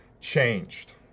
changed